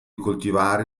coltivare